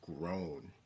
grown